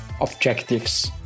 objectives